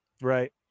right